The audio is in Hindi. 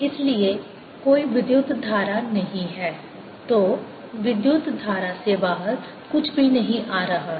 लेकिन कोई विद्युत धारा नहीं है जो मूल रूप से इससे संबंधित है कि कोई चुंबकीय धारा नहीं है कोई एकध्रुव नहीं हैं या मुक्त चुंबकीय आवेश नहीं है इसलिए कोई विद्युत धारा नहीं है